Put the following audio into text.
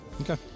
Okay